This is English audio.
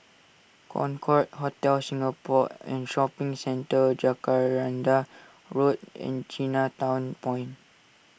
Concorde Hotel Singapore and Shopping Centre Jacaranda Road and Chinatown Point